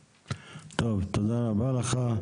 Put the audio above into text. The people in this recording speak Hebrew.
תודה רבה לך.